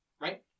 Right